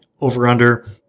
over-under